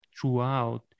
throughout